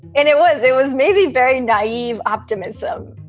and it was it was maybe very naive optimism,